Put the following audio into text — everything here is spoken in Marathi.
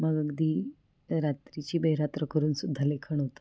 मग अगदी रात्रीची बेरात्र करून सुद्धा लेखन होतं